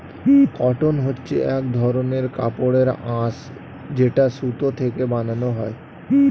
cotton হচ্ছে এক ধরনের কাপড়ের আঁশ যেটা সুতো থেকে বানানো হয়